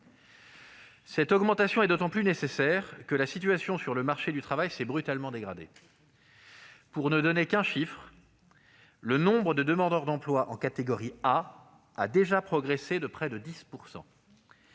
Cette augmentation est d'autant plus nécessaire que la situation sur le marché du travail s'est brutalement dégradée. Pour ne donner qu'un chiffre, le nombre de demandeurs d'emploi en catégorie A a déjà progressé de près de 10 %.